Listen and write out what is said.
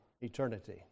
eternity